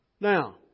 Now